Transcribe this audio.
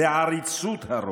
לעריצות הרוב.